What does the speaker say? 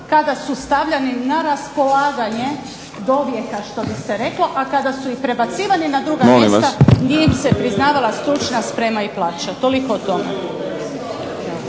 kada su stavljeni na raspolaganje dovijeka što bi se reklo, a kada su prebacivani na druga mjesta nije im se priznavala stručna sprema i plaća. Toliko o tome.